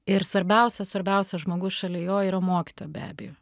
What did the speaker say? ir svarbiausias svarbiausias žmogus šalia jo yra mokytoja be abejo